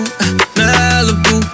Malibu